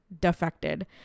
defected